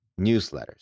newsletters